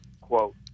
quote